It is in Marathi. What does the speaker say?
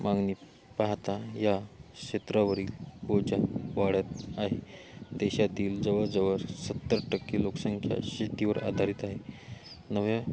मागणी पाहता या क्षेत्रावरील बोजा वाढत आहे देशातील जवळ जवळ सत्तर टक्के लोकसंख्या शेतीवर आधारित आहे नव्या